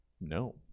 No